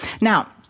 now